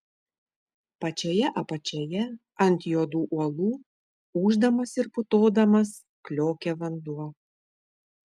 pačioje apačioje ant juodų uolų ūždamas ir putodamas kliokė vanduo